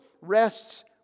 rests